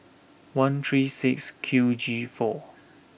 one three six Q G four